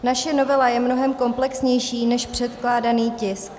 Naše novela je mnohem komplexnější než předkládaný tisk.